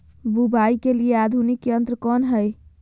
बुवाई के लिए आधुनिक यंत्र कौन हैय?